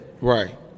Right